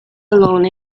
alone